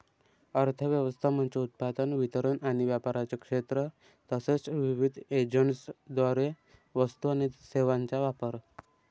अर्थ व्यवस्था म्हणजे उत्पादन, वितरण आणि व्यापाराचे क्षेत्र तसेच विविध एजंट्सद्वारे वस्तू आणि सेवांचा वापर